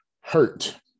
hurt